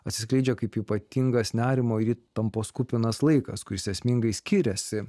atsiskleidžia kaip ypatingas nerimo įtampos kupinas laikas kuris esmingai skiriasi